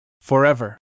forever